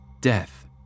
Death